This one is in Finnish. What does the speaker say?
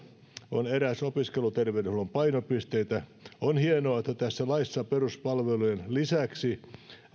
ovat eräs opiskeluterveydenhuollon painopisteitä on hienoa että tässä laissa peruspalvelujen lisäksi